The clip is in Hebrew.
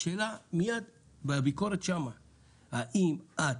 השאלה מייד בביקורת האם את